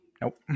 nope